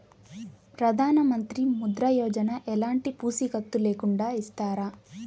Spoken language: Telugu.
ప్రధానమంత్రి ముద్ర యోజన ఎలాంటి పూసికత్తు లేకుండా ఇస్తారా?